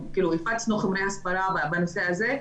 והפצנו חומרי הסברה בנושא הזה,